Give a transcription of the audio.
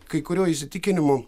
kai kuriuo įsitikinimu